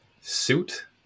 suit